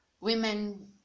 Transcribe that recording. women